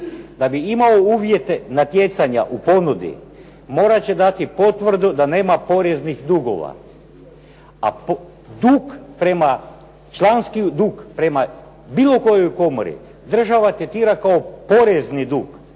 Da bi imao uvjete natjecanja u ponudi morat će dati potvrdu da nema poreznih dugova a dug prema, članski dug prema bilo kojoj komori država tretira kao porezni dug